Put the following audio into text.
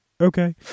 Okay